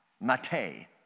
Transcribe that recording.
mate